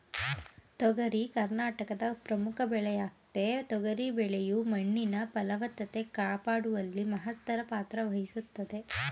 ತೊಗರಿ ಕರ್ನಾಟಕದ ಪ್ರಮುಖ ಬೆಳೆಯಾಗಯ್ತೆ ತೊಗರಿ ಬೆಳೆಯು ಮಣ್ಣಿನ ಫಲವತ್ತತೆ ಕಾಪಾಡುವಲ್ಲಿ ಮಹತ್ತರ ಪಾತ್ರವಹಿಸ್ತದೆ